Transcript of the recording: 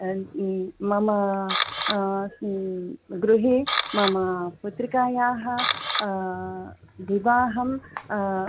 मम गृहे मम पुत्र्याः विवाहम्